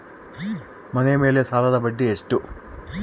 ಮನೆ ಮೇಲೆ ಸಾಲದ ಬಡ್ಡಿ ಎಷ್ಟು?